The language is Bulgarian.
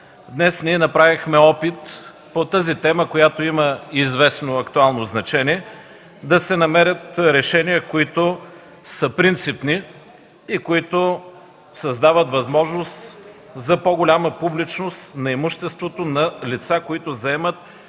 Днес направихме опит по тази тема, която има известно актуално значение, да се намерят решения, които са принципни и създават възможност за по-голяма публичност на имуществото на лица, които заемат